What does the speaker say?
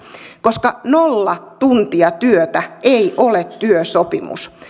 koska nolla tuntia työtä ei ole työsopimus